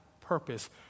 purpose